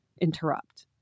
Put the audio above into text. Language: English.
interrupt